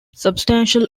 substantial